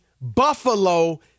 Buffalo